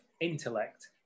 intellect